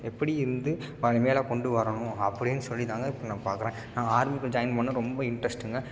எப்படி இருந்து அவனை மேலே கொண்டு வரணும் அப்படின்னு சொல்லிதாங்க நான் பார்க்குறேன் நான் ஆர்மி ஜாயின் பண்ணிணேன் ரொம்ப இன்ட்ரெஸ்ட்டுங்க